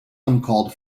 uncalled